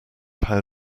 how